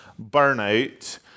burnout